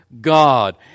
God